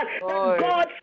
God